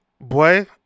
Boy